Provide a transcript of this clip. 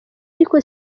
ariko